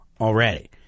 already